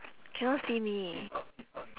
cannot see me